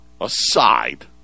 aside